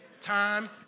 time